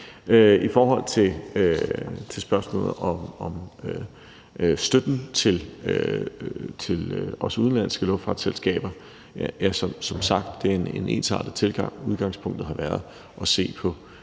I forhold til spørgsmålet om støtte også til udenlandske luftfartsselskaber er der som sagt en ensartet tilgang. Udgangspunktet har været at se på,